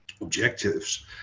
objectives